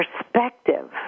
perspective